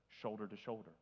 shoulder-to-shoulder